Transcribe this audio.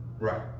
Right